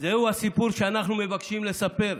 זה הסיפור שאנחנו מבקשים לספר,